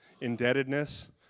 indebtedness